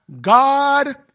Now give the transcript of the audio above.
God